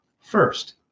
first